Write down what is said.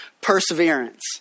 perseverance